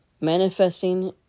Manifesting